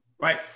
Right